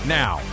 now